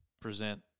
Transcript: present